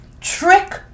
trick